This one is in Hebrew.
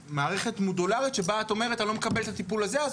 מערכת מודולרית שבה את אומרת אני לא מקבלת את הטיפול הזה אז